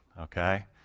okay